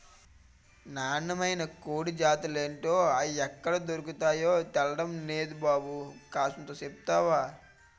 నాన్నమైన కోడి జాతులేటో, అయ్యెక్కడ దొర్కతాయో తెల్డం నేదు బాబు కూసంత సెప్తవా